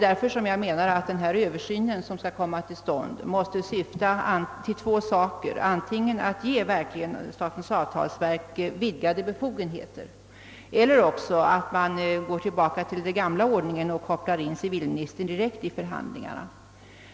Därför menar jag att den översyn som skall göras måste syfta till två saker, antingen att verkligen ge statens avtalsverk vidgade befogenheter eller också att gå tillbaka till den gamla ordningen och koppla in civilministern direkt i förhandlingarna.